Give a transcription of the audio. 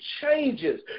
changes